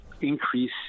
increase